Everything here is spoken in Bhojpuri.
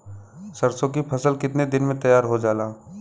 सरसों की फसल कितने दिन में तैयार हो जाला?